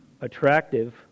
attractive